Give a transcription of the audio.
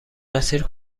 مسیر